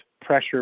pressure